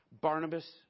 Barnabas